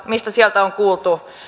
mistä sieltä on kuultu